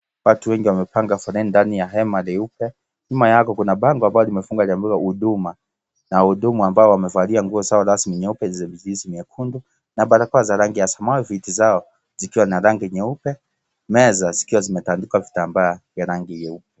Watu wengi wamepanga foleni ndani ya hema leupe, nyuma yao kuna bango ambalo lifungwa limeandikwa Huduma na wahudumu ambao wamevalia nguo zao rasmi nyeupe na zingine nyekundu na barakoa za rangi samawawe, viti zao zikiwa na rangi nyeupe, meza zikiwa zimetandikwa vitambaa ya rangi nyeupe.